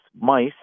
mice